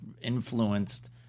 influenced